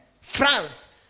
France